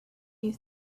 you